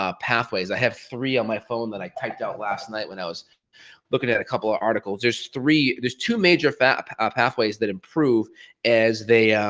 ah pathways. i have three on my phone that i typed out last night when i was looking at couple of articles. there's three, there's two major fat ah pathways that improve as they